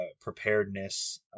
preparedness